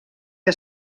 que